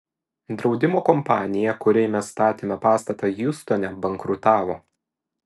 draudimo kompanija kuriai mes statėme pastatą hjustone bankrutavo